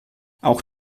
auch